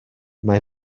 mae